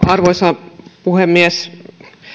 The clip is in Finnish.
arvoisa puhemies